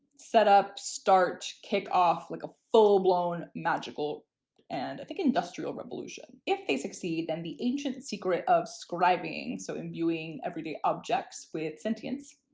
set up, start, kick off like a full-blown magical and i think industrial revolution. if they succeed, then the ancient secret of scriving, so imbuing everyday objects with sentience,